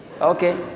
Okay